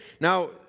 now